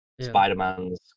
Spider-Man's